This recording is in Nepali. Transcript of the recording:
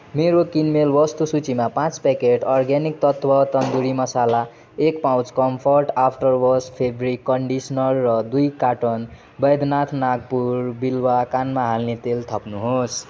मेरो किनमेल वस्तु सूचीमा पाँच प्याकेट अर्ग्यानिक तत्त्व तन्दुरी मसाला एक pouch comfort after wash fabric conditioner र दुई कार्टन बैद्यनाथ नागपुर बिल्वा कानमा हाल्ने तेल थप्नुहोस्